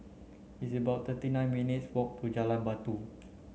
it's about thirty nine minutes' walk to Jalan Batu